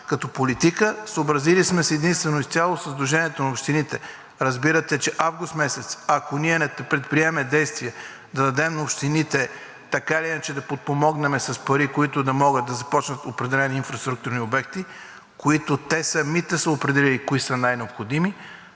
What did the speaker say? като политика, съобразили сме се единствено и изцяло със Сдружението на общините. Разбирате, че август месец, ако ние не предприемем действия да дадем на общините така или иначе да подпомогнем с пари, които да могат да започнат определени инфраструктурни обекти, които те самите са определили кои са най-необходими,